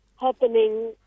happening